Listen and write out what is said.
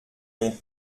mon